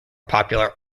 popular